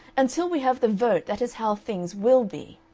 until we have the vote that is how things will be.